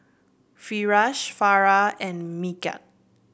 Firash Farah and Megat